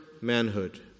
manhood